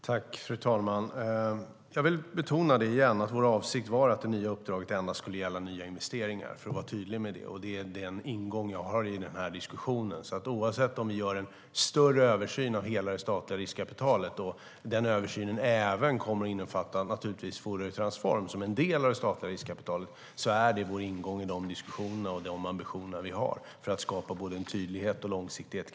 Fru talman! Jag vill igen betona och vara tydlig med att vår avsikt var att det nya uppdraget endast skulle gälla nya investeringar, och det är den ingång som jag har i den här diskussionen. Även om vi gör en större översyn av hela det statliga riskkapitalet - den kommer naturligtvis att innefatta även Fouriertransform som en del av det statliga riskkapitalet - är det vår ingång i de diskussioner och de ambitioner vi har för att skapa både en tydlighet och en långsiktighet.